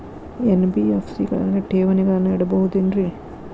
NBFC ಗಳಲ್ಲಿ ಠೇವಣಿಗಳನ್ನು ಇಡಬಹುದೇನ್ರಿ?